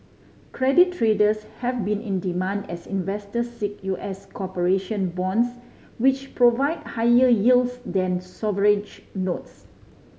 credit traders have been in demand as investors seek U S corporation bonds which provide higher yields than sovereign notes